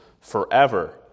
forever